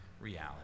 reality